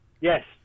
Yes